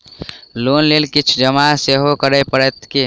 Loan लेल किछ जमा सेहो करै पड़त की?